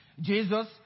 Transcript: Jesus